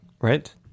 right